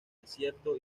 desierto